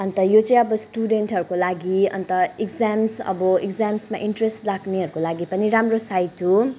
अन्त यो चाहिँ अब स्टुडेन्टहरूको लागि अन्त इग्जाम्स अब इग्जाम्समा इन्ट्रेस्ट राख्नेहरूको लागि पनि राम्रो साइट हो